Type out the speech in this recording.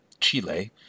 Chile